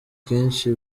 kenshi